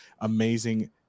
amazing